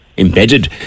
embedded